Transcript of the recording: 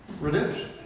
redemption